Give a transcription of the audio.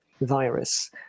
virus